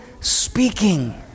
speaking